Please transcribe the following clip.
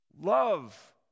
love